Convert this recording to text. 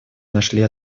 нашли